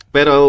Pero